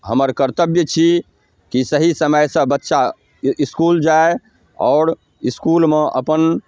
हमर कर्तव्य छी कि सही समयसँ बच्चा इसकुल जाय आओर इसकुलमे अपन